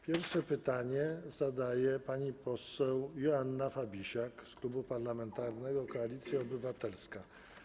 Pierwsze pytanie zadaje pani poseł Joanna Fabisiak z Klubu Parlamentarnego Koalicja Obywatelska.